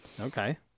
Okay